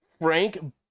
Frank